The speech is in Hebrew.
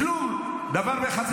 על מה אתה מדבר?